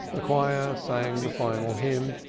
the choir sang the final hymn,